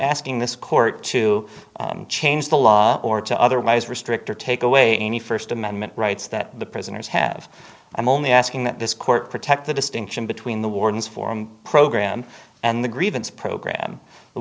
asking this court to change the law or to otherwise restrict or take away any first amendment rights that the prisoners have i'm only asking that this court protect the distinction between the warden's form program and the grievance program the